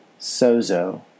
sozo